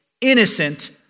innocent